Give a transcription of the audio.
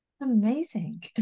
Amazing